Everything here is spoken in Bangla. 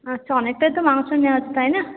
আচ্ছা অনেকটাই তো মাংস নেওয়া হচ্ছে তাই না